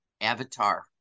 avatar